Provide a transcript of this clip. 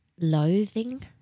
loathing